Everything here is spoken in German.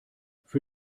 für